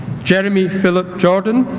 jeremy philip jordan